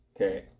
Okay